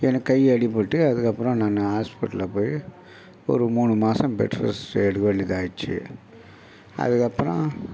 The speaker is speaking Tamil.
எனக்கு கை அடிப்பட்டு அதுக்கப்புறம் நான் ஹாஸ்பிடலில் போய் ஒரு மூணு மாதம் பெட் ரெஸ்ட்டு எடுக்க வேண்டியதாகிருச்சு அதுக்கப்புறம்